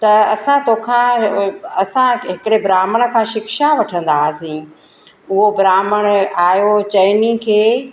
त असां तोखां असां वटि हिकिड़े ब्राहम्ण खां शिक्षा वठंदा हुआसीं उहो ब्राहम्ण आहियो चइनी खे